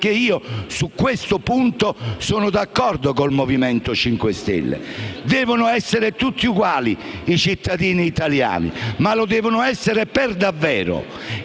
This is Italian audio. perché io su questo punto sono d'accordo con il Movimento 5 Stelle: devono essere tutti i uguali i cittadini italiani, ma lo devono essere per davvero.